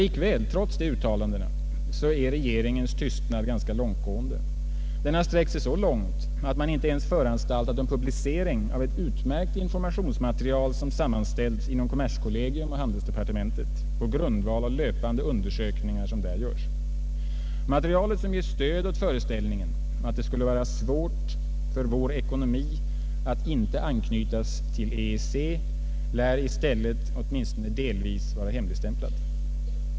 Men trots dessa uttalanden är regeringens tystnad långtgående. Tystnaden har sträckt sig så långt att man inte ens föranstaltat om publicering av ett utmärkt informationsmaterial som sammanställts inom kommerskollegium och handelsdepartementet på grundval av löpande undersökningar som där görs. Materialet, som ger stöd åt föreställningen att det skulle vara svårt för vår ekonomi att inte anknytas till EEC, lär i stället åtminstone delvis vara hemligstämplat.